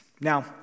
Now